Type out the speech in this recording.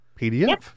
PDF